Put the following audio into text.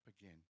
again